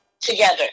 together